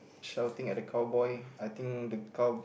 shouting at the cowboy I think the cow